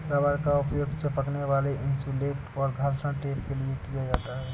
rubber का उपयोग चिपकने वाला इन्सुलेट और घर्षण टेप के लिए किया जाता है